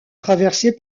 traversé